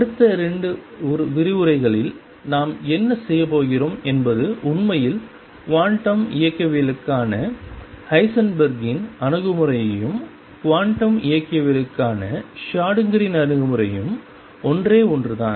அடுத்த 2 விரிவுரைகளில் நாம் என்ன செய்யப் போகிறோம் என்பது உண்மையில் குவாண்டம் இயக்கவியலுக்கான ஹைசன்பெர்க்கின் Heisenberg's அணுகுமுறையும் குவாண்டம் இயக்கவியலுக்கான ஷ்ரோடிங்கரின் Schrödinger's அணுகுமுறையும் ஒன்றே ஒன்றுதான்